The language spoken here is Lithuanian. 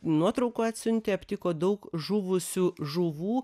nuotraukų atsiuntė aptiko daug žuvusių žuvų